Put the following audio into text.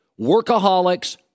workaholics